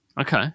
Okay